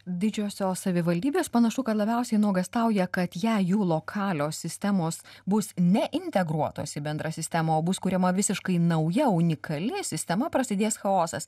didžiosios savivaldybės panašu kad labiausiai nuogąstauja kad ją jų lokalios sistemos bus ne integruotos į bendrą sistemą o bus kuriama visiškai nauja unikali sistema prasidės chaosas